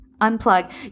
unplug